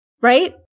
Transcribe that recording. right